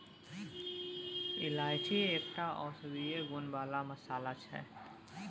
इलायची एकटा औषधीय गुण बला मसल्ला छै